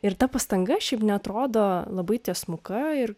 ir ta pastanga šiaip neatrodo labai tiesmuka ir